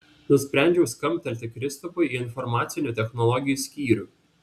nusprendžiau skambtelti kristupui į informacinių technologijų skyrių